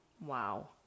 Wow